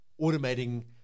automating